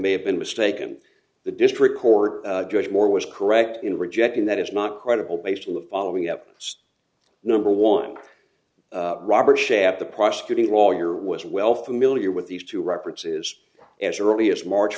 may have been mistaken the district court judge moore was correct in rejecting that it's not credible based on the following up number one robert shap the prosecuting lawyer was well familiar with these two repartees as early as march